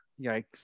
Yikes